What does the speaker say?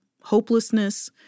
hopelessness